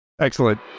Excellent